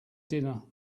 dinner